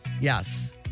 Yes